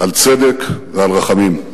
על צדק ועל רחמים,